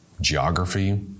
geography